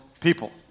people